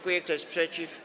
Kto jest przeciw?